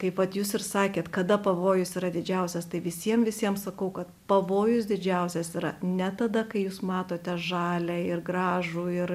kaip vat jūs ir sakėt kada pavojus yra didžiausias tai visiem visiem sakau kad pavojus didžiausias yra ne tada kai jūs matote žalią ir gražų ir